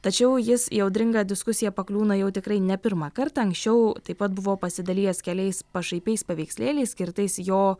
tačiau jis į audringą diskusiją pakliūna jau tikrai ne pirmą kartą anksčiau taip pat buvo pasidalijęs keliais pašaipiais paveikslėliais skirtais jo